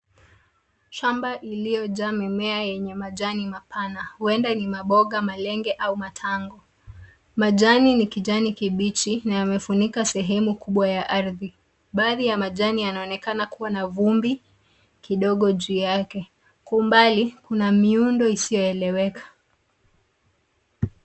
Shamba iliojaa mimea yenye majani mapana, ueda ni mamboga, malenge au matango. Majani ni kijani kibichi na yamefunika sehemu kubwa ya ardhi. Baadhi ya majani yanaonekana kuwa na vumbi kidogo juu yake. Kwa umbali kuna miundo isioeleweka.